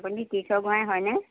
আপুনি তীৰ্থ গোঁহাই হয়নে